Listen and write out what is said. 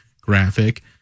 graphic